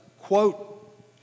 quote